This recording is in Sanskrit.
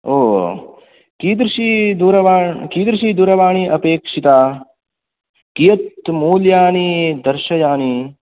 ओ कीदृशी दूरवाण् कीदृशी दूरवाणी अपेक्षिता कियत् मूल्यानि दर्शयानि